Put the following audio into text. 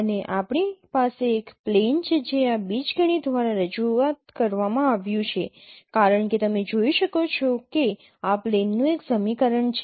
અને આપણી પાસે એક પ્લેન છે જે આ બીજગણિત દ્વારા રજૂઆત કરવામાં આવ્યું છે કારણ કે તમે જોઈ શકો છો કે આ પ્લેનનું એક સમીકરણ છે